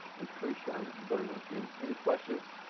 i'm pretty sure i'm just burning on fumes. any questions?